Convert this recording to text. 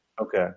Okay